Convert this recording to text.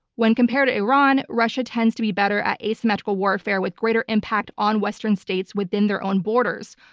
when compared to iran, russia tends to be better at asymmetrical warfare with greater impact on western states within their own borders,